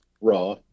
raw